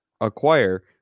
acquire